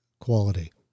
quality